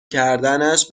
کردنش